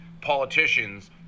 politicians